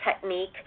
technique